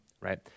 right